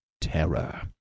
terror